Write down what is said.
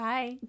Bye